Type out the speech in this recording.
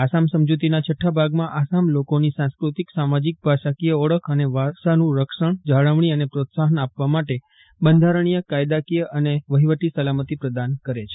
આ સમજૂતીના છઠ્ઠા ભાગમાં આસામના લોકોની સાંસ્કૃતિક સામાજિક ભાષાકીય ઓળખ અને વારસાનું સંરક્ષણ જાળવણી અને પ્રીત્સાફન આપવા માટે બંધારણીય કાયદાકીય અને વફીવટી સલામતી પ્રદાન કરે છે